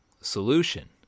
solution